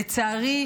לצערי,